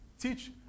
Teach